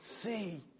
see